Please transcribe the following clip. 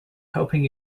helping